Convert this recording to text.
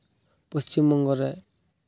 ᱯᱚᱪᱷᱤᱢ ᱵᱚᱝᱜᱚ ᱨᱮ